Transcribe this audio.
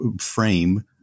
frame